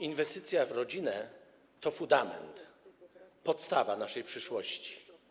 Inwestycja w rodzinę to fundament, podstawa naszej przyszłości.